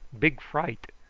big fright.